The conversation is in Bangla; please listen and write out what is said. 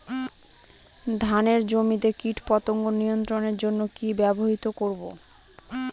ধানের জমিতে কীটপতঙ্গ নিয়ন্ত্রণের জন্য কি ব্যবহৃত করব?